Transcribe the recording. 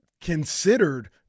considered